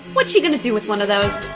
what's she gonna do with one of those?